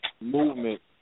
Movement